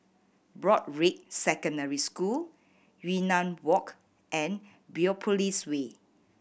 Broadrick Secondary School Yunnan Walk and Biopolis Way